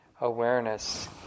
awareness